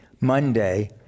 Monday